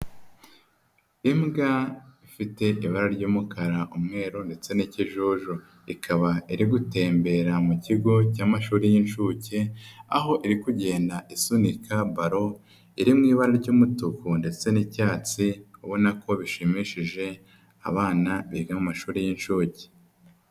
Imbwa ifite ibara ry'umukara, umweru ndetse n'ikijuju, ikaba iri gutembera mu kigo cy'amashuri y'incuke, aho iri kugenda isunika baro, iri mu ibara ry'umutuku ndetse n'icyatsi, ubona ko bishimishije abana biga mashuri y'inshuke.